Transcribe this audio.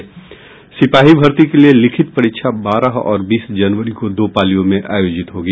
सिपाही भर्ती के लिये लिखित परीक्षा बारह और बीस जनवरी को दो पालियों में आयोजित होगी